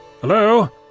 Hello